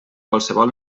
qualsevol